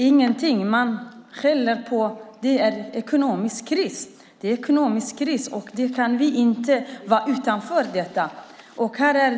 Ingenting. Man säger att det är ekonomisk kris och att vi inte kan stå utanför den.